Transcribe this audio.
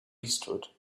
eastward